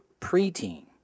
preteen